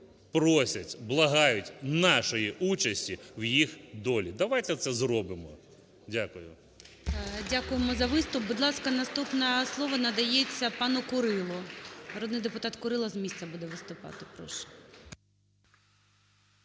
просять, благають нашої участі в їх долі. Давайте це зробимо. Дякую. (Оплески) ГОЛОВУЮЧИЙ. Дякуємо за виступ. Будь ласка, наступне слово надається пану Курилу. Народний депутат Курило з місця буде виступати, прошу.